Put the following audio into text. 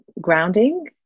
grounding